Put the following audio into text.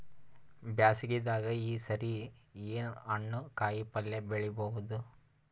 ಬ್ಯಾಸಗಿ ದಾಗ ಈ ಸರಿ ಏನ್ ಹಣ್ಣು, ಕಾಯಿ ಪಲ್ಯ ಬೆಳಿ ಬಹುದ?